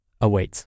awaits